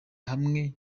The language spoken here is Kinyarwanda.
hamwe